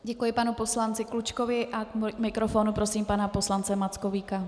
Děkuji panu poslanci Klučkovi a k mikrofonu prosím pana poslance Mackovíka.